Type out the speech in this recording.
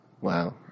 wow